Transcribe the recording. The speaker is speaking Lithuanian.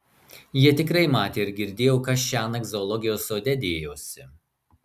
jie tikrai matė ir girdėjo kas šiąnakt zoologijos sode dėjosi